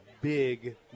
big